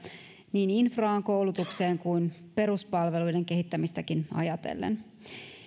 niin infraan koulutukseen kuin peruspalveluiden kehittämistäkin ajatellen